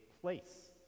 place